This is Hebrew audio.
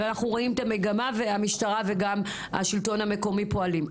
ואנחנו רואים את המגמה והמשטרה וגם השלטון המקומי פועלים,